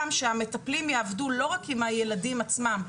שהמטפלים יעבדו לא רק עם הילדים עצמם,